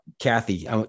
Kathy